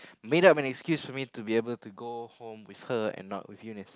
made up and excuse with me to go home with her and not with Eunice